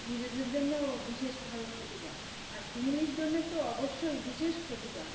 নিজেদের জন্যেও বিশেষভাবে ক্ষতিকর আর ফ্যামিলির জন্যে তো অবশ্যই বিশেষ ক্ষতিকর